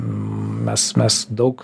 mes mes daug